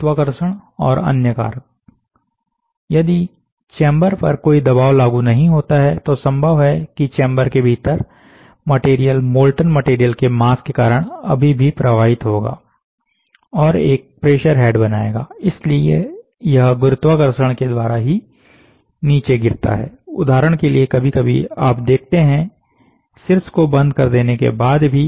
गुरुत्वाकर्षण और अन्य कारक यदि चेंबर पर कोई दबाव लागू नहीं होता है तो संभव है कि चेंबर के भीतर मटेरियल मोल्टन मटेरियल के मास के कारण अभी भी प्रवाहित होगा और एक प्रेशर हैड़ बनाएगा इसलिए यह गुरुत्वाकर्षण के द्वारा ही नीचे गिरता है उदाहरण के लिए कभी कभी आप देखते हैं शिर्ष को बंद कर देने के बाद भी